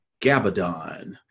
Gabadon